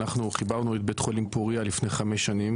אנחנו חיברנו את בית חולים פורייה לפני חמש שנים,